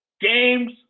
Games